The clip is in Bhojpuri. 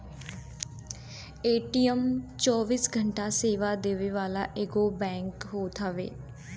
ए.टी.एम चौबीसों घंटा सेवा देवे वाला एगो बैंक होत हवे